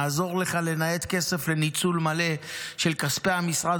נעזור לך לנייד כסף לניצול מלא של כספי המשרד,